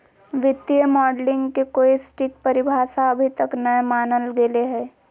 वित्तीय मॉडलिंग के कोई सटीक परिभाषा अभी तक नय मानल गेले हें